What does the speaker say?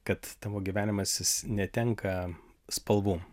kad tavo gyvenimas jis netenka spalvų